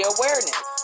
Awareness